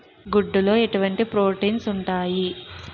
గుడ్లు లో ఎటువంటి ప్రోటీన్స్ ఉంటాయి?